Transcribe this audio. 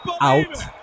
out